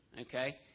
Okay